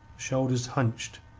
shoulders hunched,